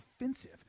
offensive